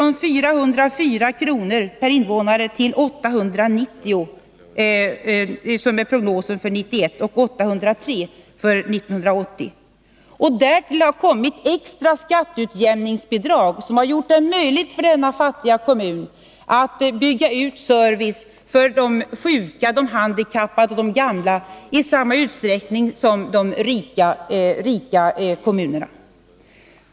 år 1980 — och det ökar till 890 kr. enligt prognosen för 1981. Därtill har kommit extra skatteutjämningsbidrag, som har gjort det möjligt för denna fattiga kommun att söka i samma utsträckning som de rika kommunerna bygga ut service för sjuka, handikappade och gamla.